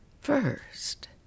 First